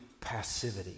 passivity